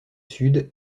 sud